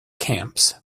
camps